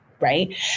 Right